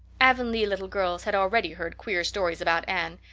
avonlea little girls had already heard queer stories about anne.